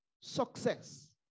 success